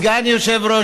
רגע, אתה סגן יושב-ראש.